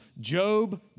Job